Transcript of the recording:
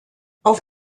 auf